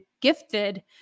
gifted